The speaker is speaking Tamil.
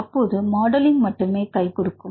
அப்போது மாடலிங் மட்டுமே கைகொடுக்கும்